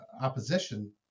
opposition